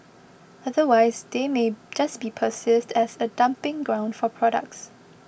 otherwise they may just be perceived as a dumping ground for products